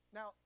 Now